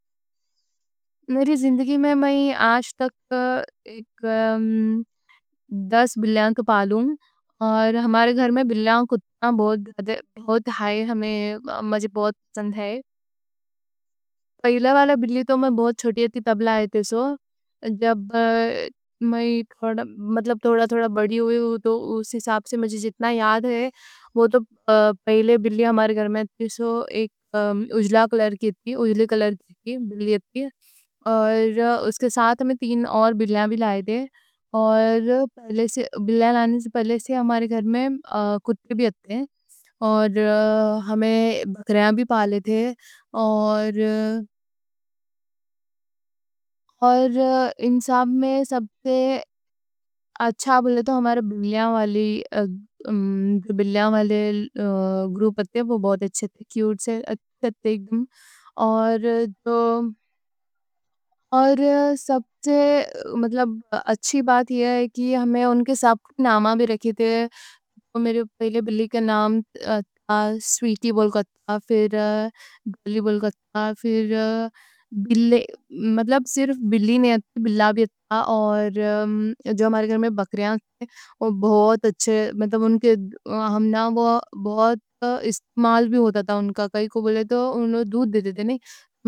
میری زندگی میں میں آج تک دس بلیاں کوں پالوں۔ ہمارے گھر میں بلیاں کوں بہت ہیں، ہم کوں بہت پسند ہے۔ پہلا والا بلی تو میں بہت چھوٹی تھی، تب لائے تھے۔ جب میں تھوڑا تھوڑا بڑی ہوئی۔ اس حساب سے مجھے جتنا یاد ہے۔ پہلی بلی ایک اجلا کلر کی تھی۔ اور اس کے ساتھ ہمنا تین اور بلیاں بھی لائے تھے۔ بلیاں لانے سے پہلے ہمارے گھر میں کتے بھی تھے۔ اور ہمنا بکریاں بھی پالے تھے۔ اور ان سب میں سب سے اچھا بولے تو ہم کوں بلیاں والا گروپ تھا، وہ بہت اچھے، کیوٹ سے تھے۔ اور سب سے اچھی بات ہی یہ ہے کہ ہمنا ان کے سب نام بھی رکھے تھے۔ اور میری پہلی بلی کا نام سویٹی بول کے رکھے تھے۔ اور پھر گلی بول کے تھا، بلی مطلب صرف بلی نہیں، بلّا بھی تھا۔ پر جو ہمارے گھر میں بکریاں تھے، بہت اچھے، مطلب ان کا استعمال بھی ہوتا تھا۔ ان کا کائیں کوں بولے تو وہ دودھ دیتے تھے۔